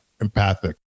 empathic